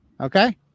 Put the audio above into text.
okay